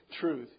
truth